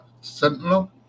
Sentinel